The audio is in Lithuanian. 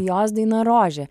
jos daina rožė